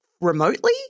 remotely